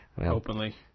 openly